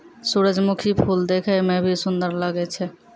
सुरजमुखी फूल देखै मे भी सुन्दर लागै छै